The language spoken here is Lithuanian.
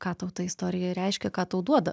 ką tau ta istorija reiškia ką tau duoda